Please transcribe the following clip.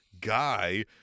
guy